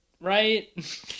Right